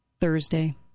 Thursday